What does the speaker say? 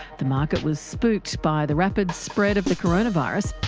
the market was spooked by the rapid spread of the coronavirus.